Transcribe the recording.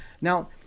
Now